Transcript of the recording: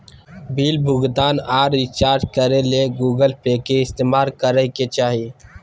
bill भुगतान आर recharge करे ले गूगल पे के इस्तेमाल करय के चाही